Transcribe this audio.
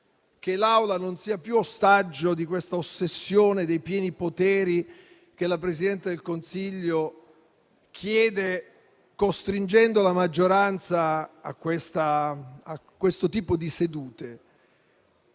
che essa non sia più ostaggio di questa ossessione dei pieni poteri che la Presidente del Consiglio chiede, costringendo la maggioranza a questo tipo di sedute.